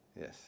Yes